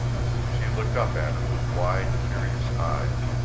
she looked up at him with wide, curious eyes.